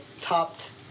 Topped